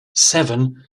seven